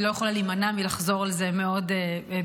אני לא יכולה להימנע מלחזור על זה מאוד בקצרה.